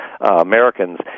Americans